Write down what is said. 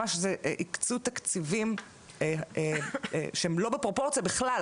ממש הקצו תקציבים שהם לא בפרופורציה בכלל